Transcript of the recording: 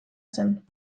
zen